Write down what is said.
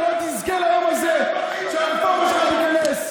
לא תזכה ליום הזה שהרפורמה שלך תיכנס.